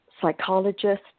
psychologist